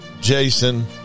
Jason